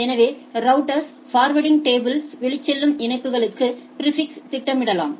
எனவே ரௌட்டர்ஸ்கள் forwarding table வெளிச்செல்லும் இணைப்புகளுக்கு பிாிஃபிக்ஸ் திட்டமிடலாம்